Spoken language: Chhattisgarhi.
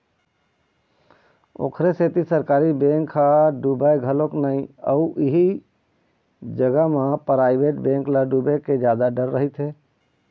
ओखरे सेती सरकारी बेंक ह डुबय घलोक नइ अउ इही जगा म पराइवेट बेंक ल डुबे के जादा डर रहिथे